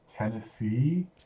Tennessee